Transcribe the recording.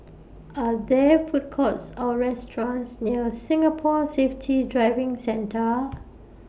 Are There Food Courts Or restaurants near Singapore Safety Driving Centre